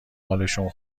حالشون